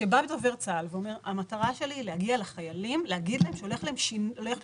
כשדובר צה"ל אומר שהמטרה שלו היא להגיע לחיילים ולהגיד להם שהולך להיות